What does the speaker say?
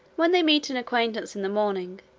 when they meet an acquaintance in the morning,